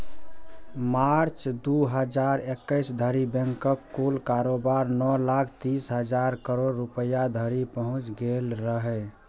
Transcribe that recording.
मार्च, दू हजार इकैस धरि बैंकक कुल कारोबार नौ लाख तीस हजार करोड़ रुपैया धरि पहुंच गेल रहै